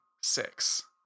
six